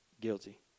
guilty